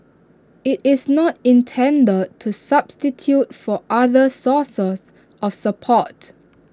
IT is not intended to substitute for other sources of support